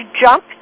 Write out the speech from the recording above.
jump